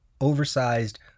oversized